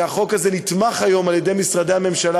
שהחוק הזה נתמך היום על-ידי משרדי הממשלה